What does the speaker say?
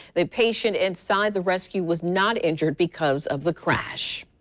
the patient inside the rescue was not injured because of the crash.